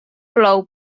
plou